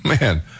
man